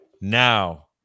Now